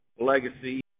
legacy